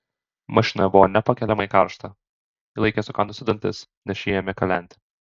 mašinoje buvo nepakeliamai karšta ji laikė sukandusi dantis nes šie ėmė kalenti